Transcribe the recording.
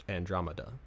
Andromeda